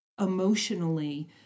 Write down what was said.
emotionally